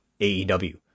AEW